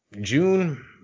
june